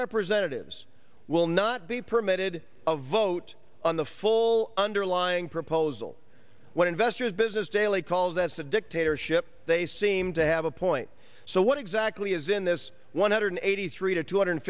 representatives will not be permitted a vote on the full underlying proposal what investors business daily calls that's a dictatorship they seem to have a point so what exactly is in this one hundred eighty three to two hundred